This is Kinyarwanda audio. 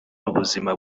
n’ubuzima